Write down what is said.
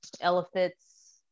elephants